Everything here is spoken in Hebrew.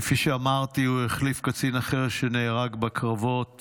כפי שאמרתי, הוא החליף קצין אחר, שנהרג בקרבות